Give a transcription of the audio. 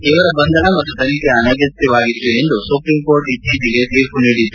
ಇವರ ಬಂಧನ ಮತ್ತು ತನಿಖೆ ಅನಗತ್ಭವಾಗಿತ್ತು ಎಂದು ಸುಪ್ರೀಂ ಕೋರ್ಟ್ ಇತ್ತೀಚೆಗೆ ತೀರ್ಮ ನೀಡಿತ್ತು